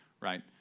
right